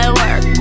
work